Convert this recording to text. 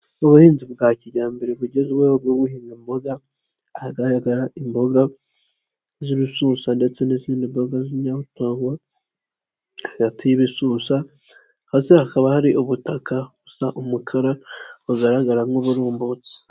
Ubuhinzi bwa kijyambere bugezweho bwo guhinga imboga hagaragara imboga z'ibisusa ndetse n'izindi mboga zirimo pavuro hagati y'ibisusa, hasi hakaba hari ubutaka busa umukara bugaragara nk'uburumbutse.